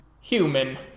human